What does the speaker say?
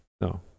no